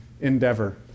endeavor